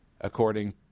according